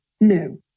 no